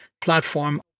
platform